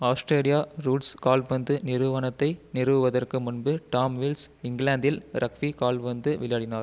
Australia rules கால்பந்து நிறுவனத்தை நிறுவுவதற்கு முன்பு டாம்வில்ஸ் இங்கிலாந்தில் ரக்ஃபி கால்பந்து விளையாடினார்